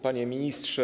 Panie Ministrze!